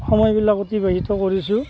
সময়বিলাক অতিবাহিত কৰিছোঁ